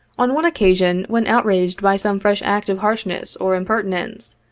on one occasion, when outraged by some fresh act of harshness or impertinence,